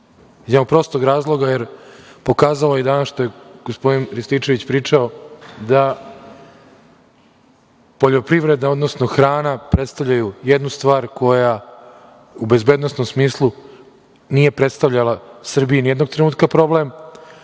jednog prostog razloga, jer je i danas pokazalo ono što je gospodin Rističević pričao, da poljoprivreda, odnosno hrana predstavljaju jednu stvar koja u bezbednosnom smislu nije predstavljala Srbiji nijednog trenutka